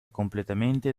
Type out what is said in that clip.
completamente